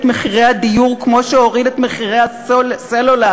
מחירי הדיור כמו שהוריד את מחירי הסלולר.